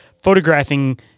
photographing